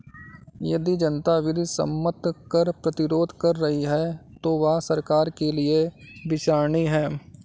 यदि जनता विधि सम्मत कर प्रतिरोध कर रही है तो वह सरकार के लिये विचारणीय है